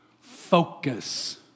Focus